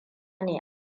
ne